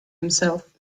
himself